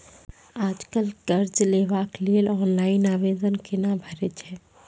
आज कल कर्ज लेवाक लेल ऑनलाइन आवेदन कूना भरै छै?